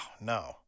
no